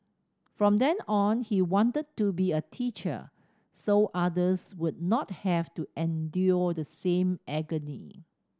from then on he wanted to be a teacher so others would not have to endure the same agony